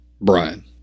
Brian